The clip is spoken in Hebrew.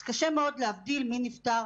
אז קשה מאוד להבדיל מי נפטר